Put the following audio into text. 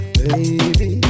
baby